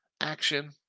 action